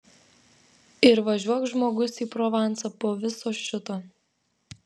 ir važiuok žmogus į provansą po viso šito